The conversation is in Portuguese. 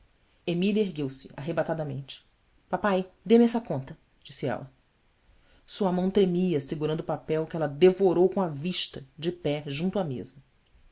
ergueu-se arrebatadamente apai dê-me essa conta disse ela sua mão tremia segurando o papel que ela devorou com a vista de pé junto à mesa